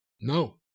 No